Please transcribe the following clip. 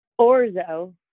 Orzo